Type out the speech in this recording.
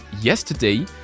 yesterday